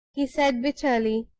he said, bitterly,